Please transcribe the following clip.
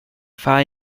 far